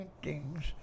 paintings